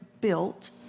built